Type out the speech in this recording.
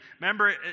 Remember